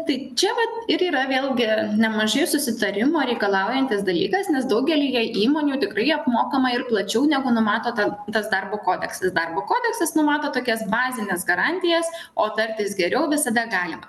tai čia vat ir yra vėlgi nemaži susitarimo reikalaujantis dalykas nes daugelyje įmonių tikrai apmokama ir plačiau negu numato ten tas darbo kodeksas darbo kodeksas numato tokias bazines garantijas o tartis geriau visada galima